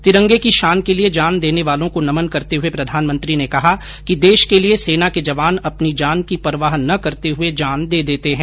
तिरंगे की शान के लिए जान देने वालों को नमन करते हुए प्रधानमंत्री ने कहा कि देश के लिए सेना के जवान अपनी जान की परवाह न करते हुए जान दे देते हैं